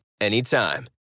anytime